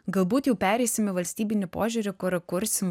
galbūt jau pereisim į valstybinį požiūrį kur kursim